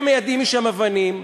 הם מיידים משם אבנים,